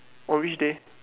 on which day